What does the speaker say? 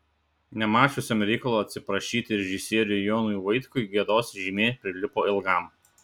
nemačiusiam reikalo atsiprašyti režisieriui jonui vaitkui gėdos žymė prilipo ilgam